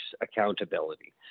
Accountability